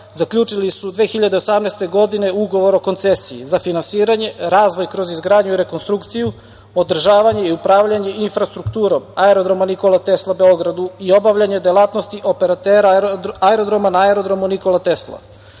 zaključile su 201. godine ugovor o Koncesiji. Za finansiranje, razvoj kroz izgradnju i rekonstrukciju, održavanje i upravljanje infrastrukturom aerodroma „Nikola Tesla“ u Beogradu i obavljanje delatnosti operatera aerodroma na aerodromu „Nikola